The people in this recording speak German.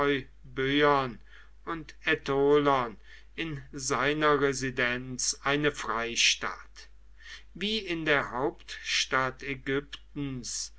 und ätolern in seiner residenz eine freistatt wie in der hauptstadt ägyptens